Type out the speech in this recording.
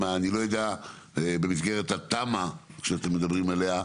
אני לא יודע איפה הרשות במסגרת התמ"א שאתם מדברים עליה.